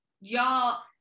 y'all